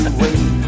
wait